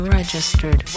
registered